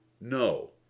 No